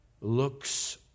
looks